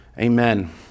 Amen